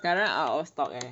sekarang out of stock eh